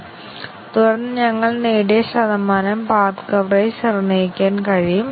അതുപോലെ 2 ഉം 4 ഉം 4 ഉം 2 ഉം B യുടെ സ്വതന്ത്ര വിലയിരുത്തൽ നേടുന്നു